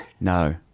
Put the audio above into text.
No